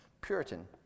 Puritan